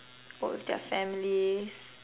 work with their families